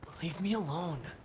leave me alone.